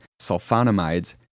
sulfonamides